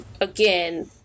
again